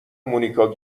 مونیکا